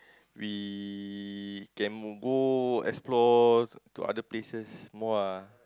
we can go explore to other places more ah